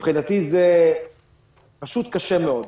מבחינתי זה פשוט קשה מאוד.